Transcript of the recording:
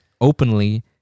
openly